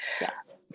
Yes